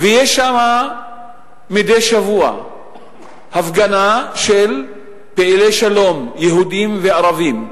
יש שם מדי שבוע הפגנה של פעילי שלום יהודים וערבים.